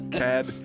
cad